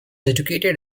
educated